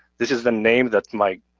this is the name that my,